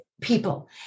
people